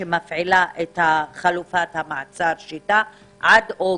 שמפעילה את חלופת המעצר "שיטה" עד אוגוסט.